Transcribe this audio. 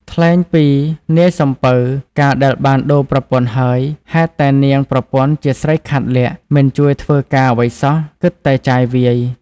ថ្លែងពីនាយសំពៅ កាលដែលបានដូរប្រពន្ធហើយ ហេតុតែនាងប្រពន្ធជាស្រីខាតលក្ខណ៍ មិនជួយធ្វើការអ្វីសោះគិតតែចាយវាយ។